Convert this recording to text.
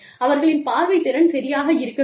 அவர்களின் பார்வை திறன் சரியாக இருக்க வேண்டும்